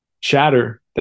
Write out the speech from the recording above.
chatter